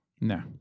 no